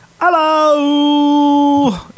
Hello